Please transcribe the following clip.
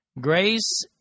Grace